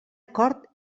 acord